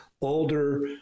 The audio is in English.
older